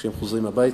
כשהם חוזרים הביתה,